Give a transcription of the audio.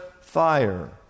fire